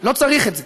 לא צריך את זה,